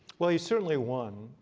well, he certainly won.